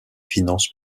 finances